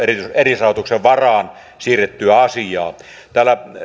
erillisrahoituksen varaan siirrettyä asiaa täällä